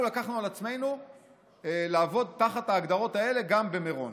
אנחנו לקחנו על עצמנו לעבוד תחת ההגדרות האלה גם במירון.